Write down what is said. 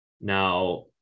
Now